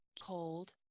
cold